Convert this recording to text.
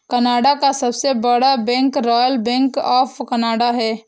Canada का सबसे बड़ा bank royal bank of Canada है